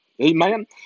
Amen